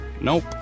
Nope